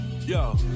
yo